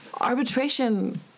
Arbitration